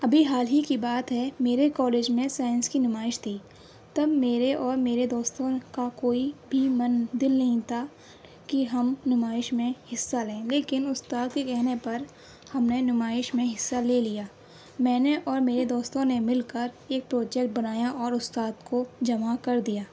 ابھی حال ہی کی بات ہے میرے کالج میں سائنس کی نمائش تھی تب میرے اور میرے دوستوں کا کوئی بھی مَن دِل نہیں تھا کہ ہم نمائش میں حصّہ لیں لیکن اُستاد کے کہنے پر ہم نے نمائش میں حصّہ لے لیا میں نے اور میرے دوستوں نے مل کر ایک پروجیکٹ بنایا اور اُستاد کو جمع کر دیا